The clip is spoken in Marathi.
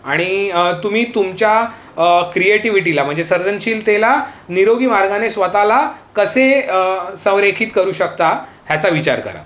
आणि तुम्ही तुमच्या क्रिएटिव्हिटीला म्हणजे सृजनशीलतेला निरोगी मार्गाने स्वतःला कसे संरेखित करू शकता ह्याचा विचार करा